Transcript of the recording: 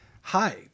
Hi